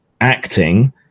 acting